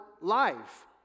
life